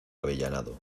avellanado